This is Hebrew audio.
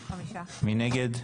נגד,